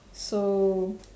so